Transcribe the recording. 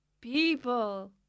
People